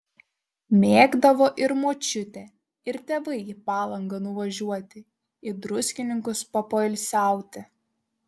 mėgdavo ir močiutė ir tėvai į palangą nuvažiuoti į druskininkus papoilsiauti